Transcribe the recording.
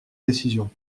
décision